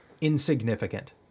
insignificant